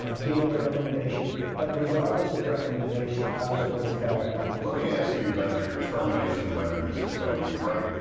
he made a recommendation, but regardless of recommendation i was going to fire comey. let me ask you about your termination letter to mr. comey. you write,